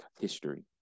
history